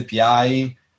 API